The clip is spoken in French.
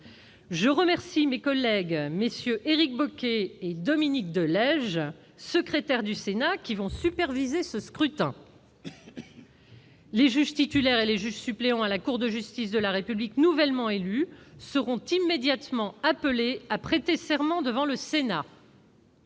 Je remercie nos collègues Éric Bocquet et Dominique de Legge, secrétaires du Sénat, qui vont superviser ce scrutin. Les juges titulaires et les juges suppléants à la Cour de justice de la République nouvellement élus seront immédiatement appelés à prêter serment devant le Sénat.